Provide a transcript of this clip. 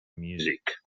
music